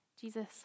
Jesus